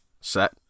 Set